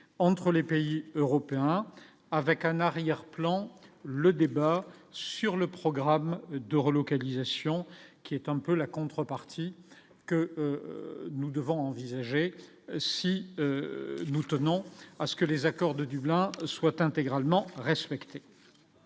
entre les pays européens, avec en arrière-plan, le débat sur le programme de relocalisation, qui est un peu la contrepartie que nous devons envisager si nous tenons à ce que les accords de Dublin soit intégralement respectée,